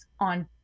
on